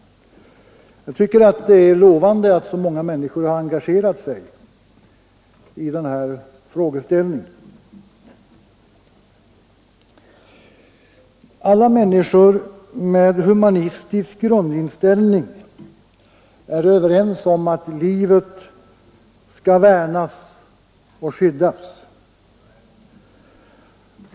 Jag tycker att det är lovande att så många människor har engagerat sig i den här frågeställningen. Alla människor med humanistisk grundinställning är överens om att livet skall värnas och skyddas.